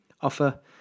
offer